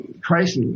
Crisis